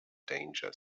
danger